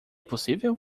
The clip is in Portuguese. possível